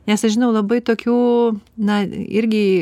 nes aš žinau labai tokių na irgi